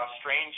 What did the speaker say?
strange